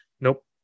Nope